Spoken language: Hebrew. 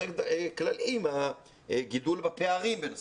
כללי עם הגידול בפערים בין סטודנטים,